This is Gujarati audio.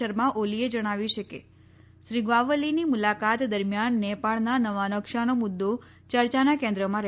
શર્મા ઓલીએ જણાવ્યું છે કે શ્રી ગ્વાવલીની મુલાકાત દરમિયાન નેપાળના નવા નુકશાને મુદ્દો ચર્ચાના કેન્દ્રમાં રહેશે